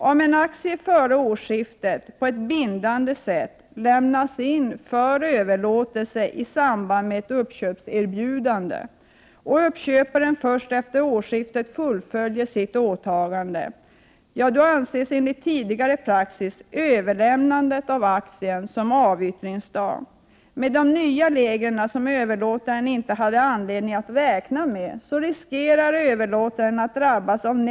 Om en aktie före årsskiftet på ett bindande sätt lämnats in för överlåtelse i samband med ett uppköpserbjudande och uppköparen först efter årsskiftet fullföljer sitt åtagande, ansågs enligt tidigare praxis överlämnandet av aktien som avyttringsdag. Med de nya reglerna, som överlåtaren inte hade anledning att räkna med, riskerar överlåtaren att drabbas av Prot.